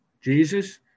Jesus